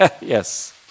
Yes